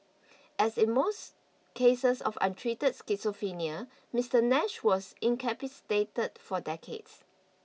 as in most cases of untreated schizophrenia Mister Nash was incapacitated for decades